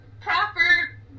proper